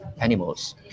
animals